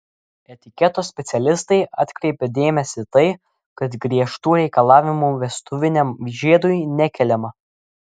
etiketo specialistai atkreipia dėmesį tai kad griežtų reikalavimų vestuviniam žiedui nekeliama